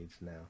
now